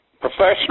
professional